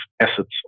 assets